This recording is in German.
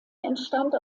entstand